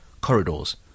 corridors